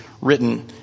written